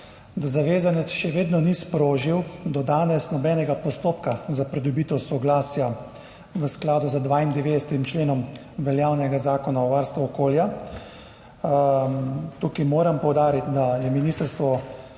do danes še vedno ni sprožil nobenega postopka za pridobitev soglasja v skladu z 92. členom veljavnega Zakona o varstvu okolja. Tukaj moram poudariti, da je ministrstvo